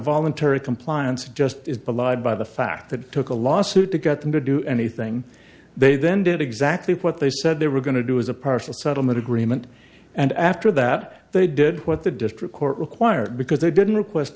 voluntary compliance just is belied by the fact that it took a lawsuit to get them to do anything they then did exactly what they said they were going to do is a partial settlement agreement and after that they did what the district court required because they didn't request